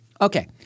Okay